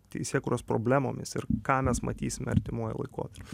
teisėkūros problemomis ir ką mes matysime artimuoju laikotarpiu